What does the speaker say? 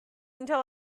until